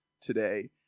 today